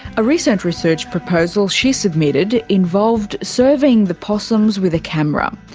a recent research proposal she submitted involved surveying the possums with a camera.